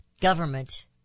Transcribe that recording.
government